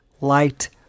Light